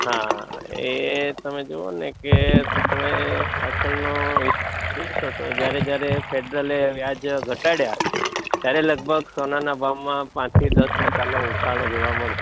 હા એ તમે જુઓને કે તમે પાછળ નો હિસ્ટ્રી જોશો જ્યારે જ્યારે ફેડરલે વ્યાજ ઘટાડ્યા ત્યારે લગભગ સોનાના ભાવમાં પાચથી દસ ટકાનો ઉછા ળો જોવા મળશે